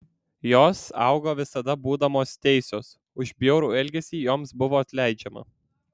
jos augo visada būdamos teisios už bjaurų elgesį joms buvo atleidžiama